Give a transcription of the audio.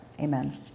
Amen